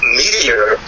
meteor